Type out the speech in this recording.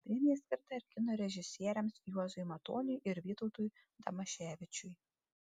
premija skirta ir kino režisieriams juozui matoniui ir vytautui damaševičiui